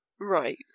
Right